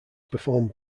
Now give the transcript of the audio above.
performed